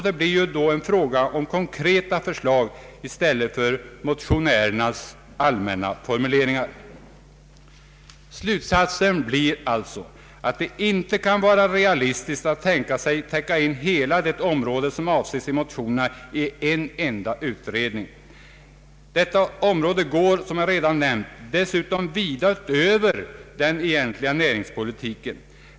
Det blir då fråga om konkreta förslag i stället för motionärernas allmänna formuleringar. Slutsatsen blir alltså att det inte kan vara realistiskt att tänka sig att täcka in hela det område som avses i motionerna i en enda utredning. Detta område går, som jag redan har nämnt, dessutom vida utöver den egentliga näringspolitiken.